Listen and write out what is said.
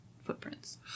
footprints